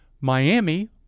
Miami